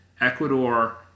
Ecuador